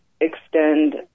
extend